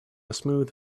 smooth